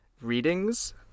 readings